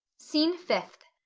scene fifth.